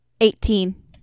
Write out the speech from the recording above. Eighteen